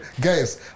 guys